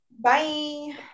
Bye